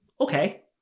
okay